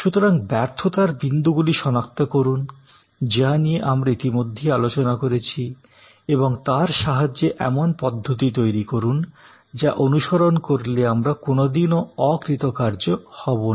সুতরাং ব্যর্থতার বিন্দুগুলি শনাক্ত করুন যা নিয়ে আমরা ইতিমধ্যেই আলোচনা করেছি এবং তার সাহায্যে এমন পদ্ধতি তৈরি করুন যা অনুসরণ করলে আমরা কোনোদিন অকৃতকার্য হবো না